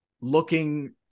Looking